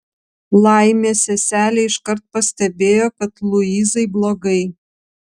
laimė seselė iškart pastebėjo kad luizai blogai